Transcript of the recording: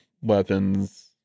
weapons